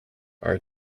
are